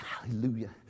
hallelujah